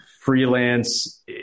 freelance